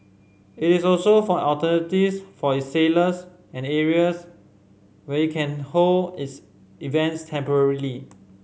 it is also for alternatives for its sailors and areas where can hold its events temporarily